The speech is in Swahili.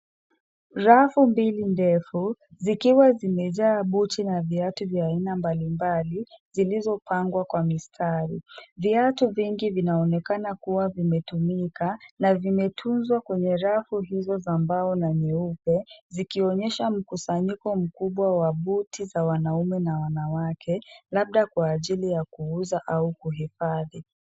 Rafu mbili ndefu zikiwa zimejaa buti na viatu vya aina mbalimbali zilizopangwa kwa mistari. Viatu vingi vinaonekana kuwa vimetumika na vimetunzwa kwenye rafu hizo za mbao na nyeupe zikionyesha mkusanyiko mkubwa wa buti za wanaume na wanawake, labda kwa ajili ya kuuza au kuhifadhi.